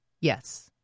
yes